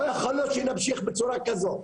לא יכול להיות שנמשיך בצורה כזו,